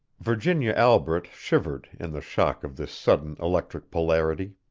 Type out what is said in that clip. virginia albret shivered in the shock of this sudden electric polarity.